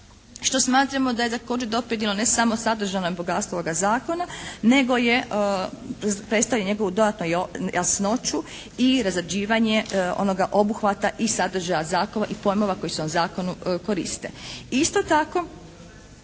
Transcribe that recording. što smatramo također da je doprinijelo ne samo sadržajnom bogatstvu ovoga zakona, nego je predstavilo njegovu dodatnu jasnoću i razrađivanje onoga obuhvata i sadržaja zakona i pojmova koji se u ovom zakonu koriste.